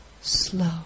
slow